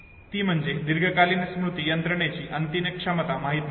ती म्हणजे दीर्घकालीन स्मृती यंत्रणेची अंतिम क्षमता माहित नसते